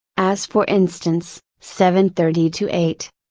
as for instance seven thirty to eight.